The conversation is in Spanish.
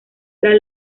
tras